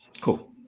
Cool